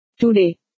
Today